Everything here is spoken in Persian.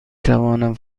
توانم